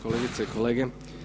Kolegice i kolege.